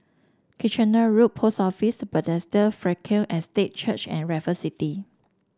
Kitchener Road Post Office Bethesda Frankel Estate Church and Raffle City